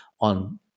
on